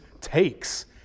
takes